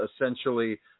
essentially